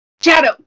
Shadow